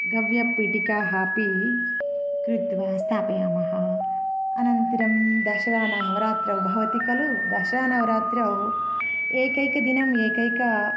गव्यपीठिकाः अपि कृत्वा स्थापयामः अनन्तरं दशरा नवरात्रौ भवति खलु दशरा नवरात्रौ एकैकदिनम् एकैकं